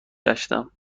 گشتم